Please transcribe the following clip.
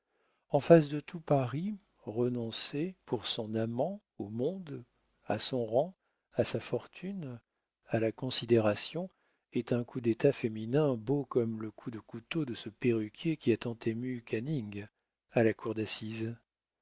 en face de tout paris renoncer pour son amant au monde à son rang à sa fortune à la considération est un coup d'état féminin beau comme le coup de couteau de ce perruquier qui a tant ému canning à la cour d'assises